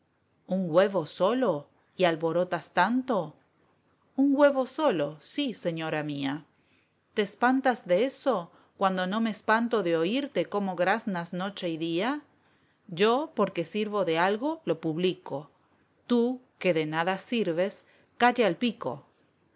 un huevo solo y alborotas tanto un huevo solo sí señora mía te espantas de eso cuando no me espanto de oírte cómo graznas noche y día yo porque sirvo de algo lo publico tú que de nada sirves calla el pico